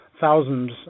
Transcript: thousands